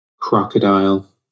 crocodile